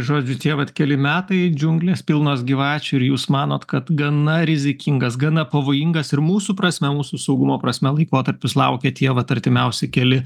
žodžiu tie vat keli metai džiunglės pilnos gyvačių ir jūs manot kad gana rizikingas gana pavojingas ir mūsų prasme mūsų saugumo prasme laikotarpis laukia tie vat artimiausi keli